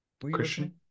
Christian